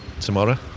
tomorrow